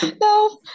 No